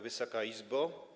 Wysoka Izbo!